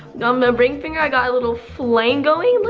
on my ring finger i got a little flame going,